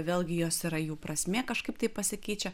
vėlgi jos yra jų prasmė kažkaip tai pasikeičia